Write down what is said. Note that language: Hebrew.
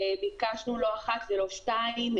ביקשנו לא אחת ולא שתיים,